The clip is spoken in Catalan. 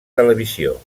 televisió